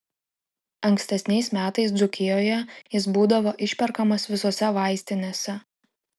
ankstesniais metais dzūkijoje jis būdavo išperkamas visose vaistinėse